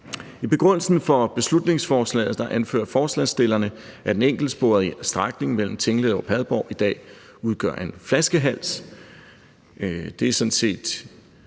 I begrundelsen for beslutningsforslaget anfører forslagsstillerne, at den enkeltsporede strækning mellem Tinglev og Padborg i dag udgør en flaskehals. Det er sådan set